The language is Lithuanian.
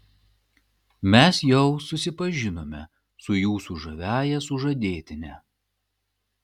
mes jau susipažinome su jūsų žaviąja sužadėtine